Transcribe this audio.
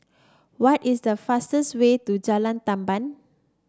what is the fastest way to Jalan Tamban